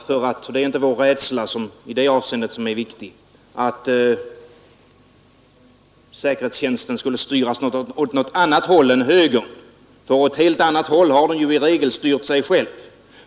Herr talman! Vad som är viktigt i detta sammanhang är inte någon rädsla för att säkerhetstjänsten skulle styras åt annat håll än åt höger, för åt helt annat håll har den ju i regel styrt sig själv.